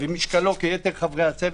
ומשקלו כיתר חברי הצוות.